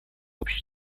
общей